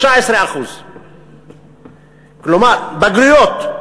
19%. בגרויות: